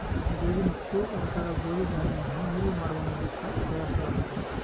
ಗೋದಿನುಚ್ಚು ಒರಟಾದ ಗೋದಿ ಧಾನ್ಯವನ್ನು ಮಿಲ್ ಮಾಡುವ ಮೂಲಕ ತಯಾರಿಸಲಾಗುತ್ತದೆ